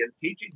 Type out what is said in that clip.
teaching